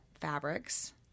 fabrics